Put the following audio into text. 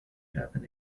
happen